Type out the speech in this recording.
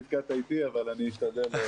שנתקעת איתי אבל אני אשתדל.